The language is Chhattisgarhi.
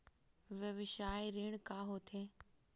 व्यवसाय ऋण का होथे?